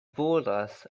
volas